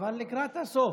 אבל לקראת הסוף.